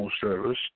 service